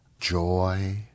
joy